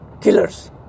killers